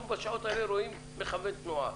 אנחנו בשעות האלה רואים מכוון תנועה.